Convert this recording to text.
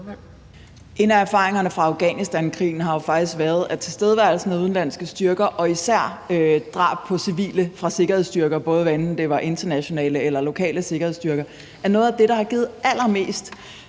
En af erfaringerne fra Afghanistankrigen har jo faktisk været, at tilstedeværelsen af udenlandske styrker og især drab på civile af sikkerhedsstyrker – både internationale og lokale sikkerhedsstyrker – er noget af det, der har givet allermest,